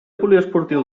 poliesportiu